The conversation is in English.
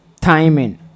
timing